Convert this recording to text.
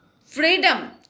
freedom